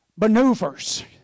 maneuvers